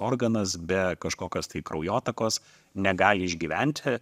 organas be kažkokios tai kraujotakos negali išgyventi